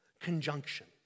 conjunction